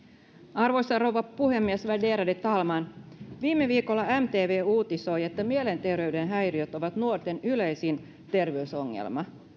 arvoisa rouva puhemies värderade talman viime viikolla mtv uutisoi että mielenterveyden häiriöt ovat nuorten yleisin terveysongelma